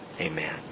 Amen